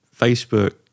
facebook